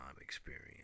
experience